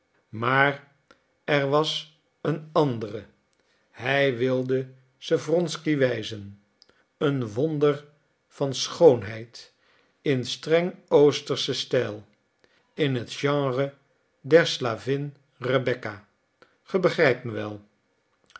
maar er was een andere hij wilde ze wronsky wijzen een wonder van schoonheid in streng oosterschen stijl in het genre der slavin rebecca ge begrijpt me wel